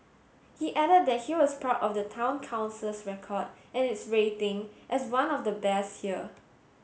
he added that he was proud of the Town Council's record and its rating as one of the best here